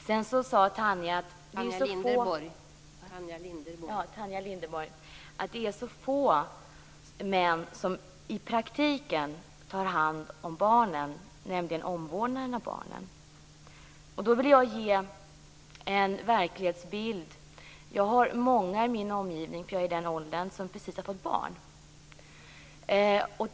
Sedan sade Tanja Linderborg att det är få män som i praktiken tar hand om omvårdnaden av barnen. Då vill jag ge en verklighetsbild. Jag har många i min omgivning - jag är i den åldern - som precis har fått barn.